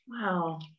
Wow